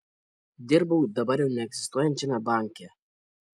dirbau dabar jau neegzistuojančiame banke